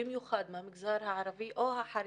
במיוחד במגזר הערבי או החרדי,